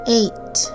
eight